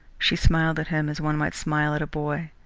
she smiled at him as one might smile at a boy.